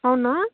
అవునా